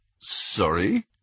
Sorry